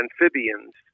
amphibians